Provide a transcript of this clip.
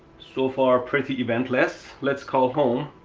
so far pretty eventless, let's call home